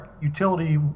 utility